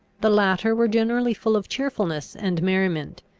the latter were generally full of cheerfulness and merriment.